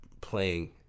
playing